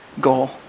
goal